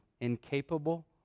incapable